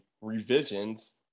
revisions